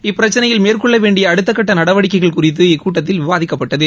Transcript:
இப்பிரச்சினையில் மேற்கொள்ள வேண்டிய அடுத்தக்கட்ட நடவடிக்கைகள் குறித்து இக்கூட்டத்தில் விவாதிக்கப்பட்டது